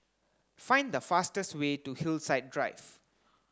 find the fastest way to Hillside Drive